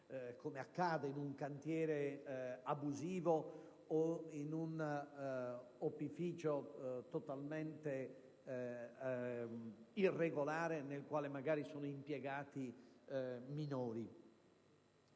come accade in un cantiere abusivo o in un opificio totalmente irregolare nel quale magari sono impiegati minori.